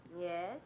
Yes